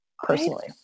Personally